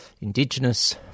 Indigenous